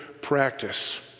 practice